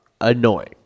annoying